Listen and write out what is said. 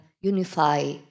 unify